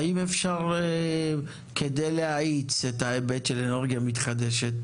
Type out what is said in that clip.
האם אפשר, כדי להאיץ את ההיבט של אנרגיה מתחדשת